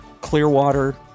Clearwater